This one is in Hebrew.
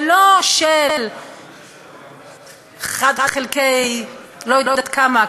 ולא של אחד חלקי אני לא יודעת כמה,